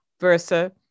versa